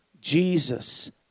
Jesus